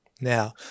Now